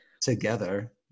together